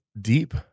deep